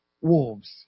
wolves